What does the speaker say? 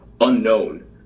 unknown